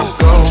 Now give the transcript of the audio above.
go